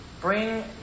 bring